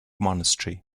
monastery